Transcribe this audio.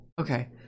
Okay